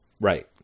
Right